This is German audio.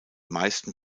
meisten